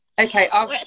okay